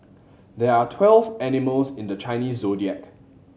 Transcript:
there are twelve animals in the Chinese Zodiac